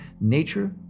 nature